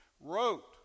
wrote